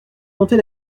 monter